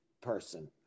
person